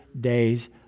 days